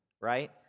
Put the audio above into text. right